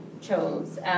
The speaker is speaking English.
chose